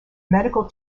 medical